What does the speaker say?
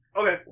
Okay